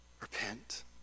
Repent